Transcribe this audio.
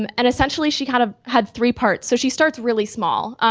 um and essentially, she kind of had three parts. so she starts really small.